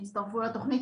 שיצטרפו לתוכנית,